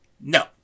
No